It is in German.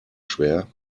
schwer